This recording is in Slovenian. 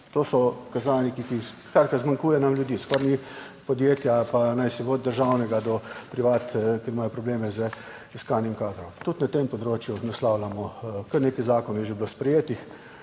To so kazalniki, ki skratka zmanjkuje nam ljudi, skoraj ni podjetja pa naj si od državnega do privat, ker imajo probleme z iskanjem, kadrov tudi na tem področju naslavljamo, kar nekaj zakonov je že bilo sprejetih